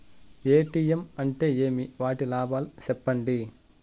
ATM అంటే ఏమి? వాటి లాభాలు సెప్పండి